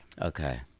okay